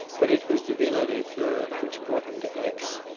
but it was the villa des fleurs which brought him to aix.